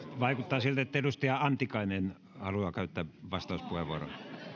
vaikuttaa siltä että edustaja antikainen haluaa käyttää vastauspuheenvuoron